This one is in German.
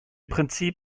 prinzip